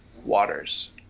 waters